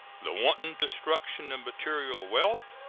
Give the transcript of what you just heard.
the wanton destruction of material wealth,